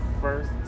first